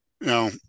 Now